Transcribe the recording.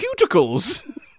cuticles